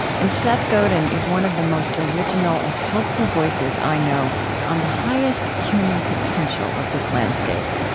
and seth godin is one of the most original and helpful voices i know on the highest human potential of this landscape.